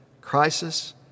crisis